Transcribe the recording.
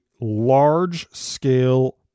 large-scale